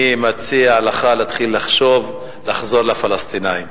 אני מציע לך להתחיל לחשוב לחזור לפלסטינים.